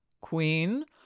Queen